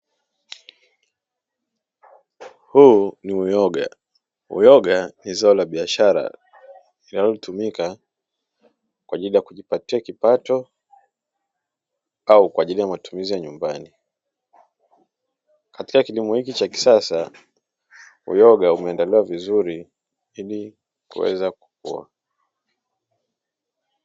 Huu ni uyoga. Uyoga ni zao la biashara linalotumika kwa ajili ya kujipatia kipato au kwa ajili ya matumizi ya nyumbani. Katika kilimo hiki cha kisasa uyoga umeandaliwa vizuri ili kuweza kukua.